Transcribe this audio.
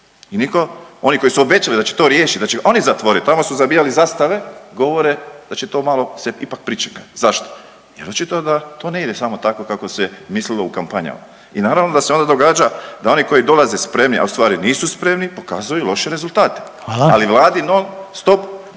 Oni koji su obećali da će to riješiti, da će ga oni zatvoriti tamo su zabijali zastave govore da će to malo ipak se pričekati. Zašto? Jer očito da to ne ide samo tako kako se mislilo u kampanjama i naravno da se onda događa da oni koji dolaze spremni, a u stvari nisu spremni pokazuju loše rezultate. …/Upadica